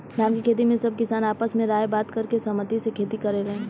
धान के खेती में सब किसान आपस में राय बात करके सहमती से खेती करेलेन